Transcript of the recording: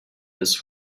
this